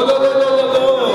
לא, לא, לא.